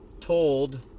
told